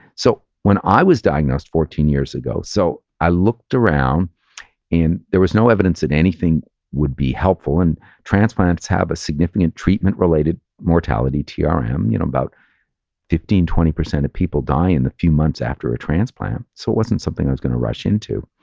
so when i was diagnosed fourteen years ago, so i looked around and there was no evidence that anything would be helpful and transplants have a significant treatment related mortality, trm, yeah um you know about fifteen twenty percent of people die in the few months after a transplant. so it wasn't something i was going to rush into.